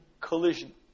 collision